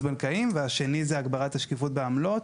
בנקאיים והשני זה הגברת השקיפות בעמלות.